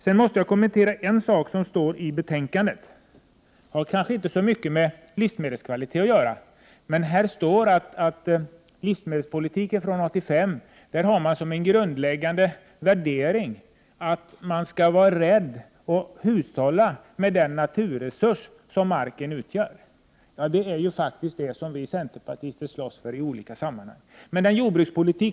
Sedan vill jag kommentera en annan sak som nämns i betänkandet. Det har kanske inte så mycket med livsmedlens kvalitet att göra. Det står i betänkandet att man när det gäller livsmedelspolitiken från 1985 som en grundläggande värdering har att vi skall vara rädda om och hushålla med den naturresurs som marken utgör. Ja, det är faktiskt vad vi centerpartister i olika sammanhang slåss för.